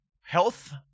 health